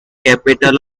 capital